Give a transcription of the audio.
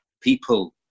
people